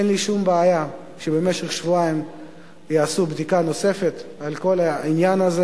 אין לי שום בעיה שבמשך שבועיים יעשו בדיקה נוספת של כל העניין הזה.